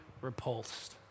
repulsed